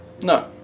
No